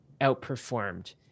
outperformed